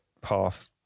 path